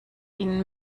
ihnen